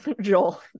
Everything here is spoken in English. Joel